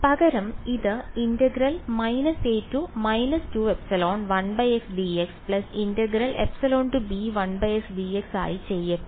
പകരം ഇത് ആയി ചെയ്യട്ടെ